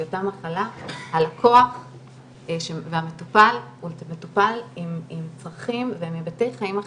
היא אותה מחלה הלקוח והמטופל הוא מטופל עם צרכים ועם היבטי חיים אחרים.